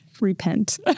repent